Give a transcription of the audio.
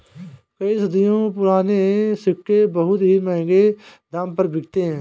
कई सदियों पुराने सिक्के बहुत ही महंगे दाम पर बिकते है